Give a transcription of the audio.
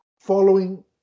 following